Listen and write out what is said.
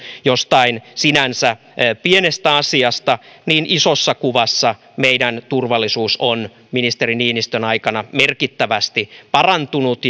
jostain sinänsä pienestä asiasta niin isossa kuvassa meidän turvallisuus on ministeri niinistön aikana merkittävästi parantunut